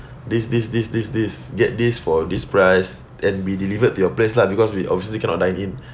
this this this this this get this for this price and be delivered to your place lah because we obviously cannot dine in